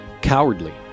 cowardly